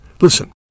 Listen